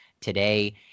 today